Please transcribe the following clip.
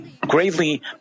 greatly